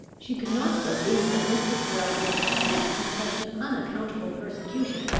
she could not believe that mr. tyrrel would persist in such an unaccountable persecution,